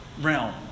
realm